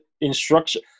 instruction